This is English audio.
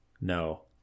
No